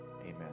Amen